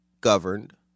governed